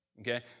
Okay